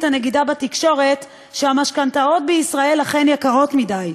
הנגידה בתקשורת שהמשכנתאות בישראל אכן יקרות מדי.